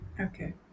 Okay